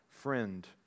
friend